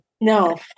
no